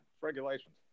Regulations